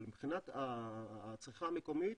מבחינת הצריכה המקומית